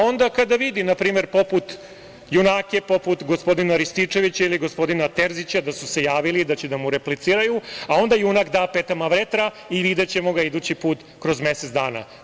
Onda kada vidi junake, poput gospodina Rističevića ili gospodina Terzića da su se javili, da će da mu repliciraju, a onda junak da petama vetra i videćemo ga idući put kroz mesec dana.